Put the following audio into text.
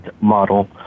model